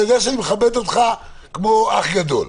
אתה יודע שאני מכבד אותך כמו אח גדול,